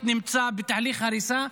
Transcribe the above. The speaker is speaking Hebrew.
שהבית כבר נמצא בתהליך הריסה,